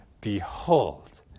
behold